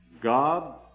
God